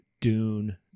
Dune